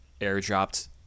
airdropped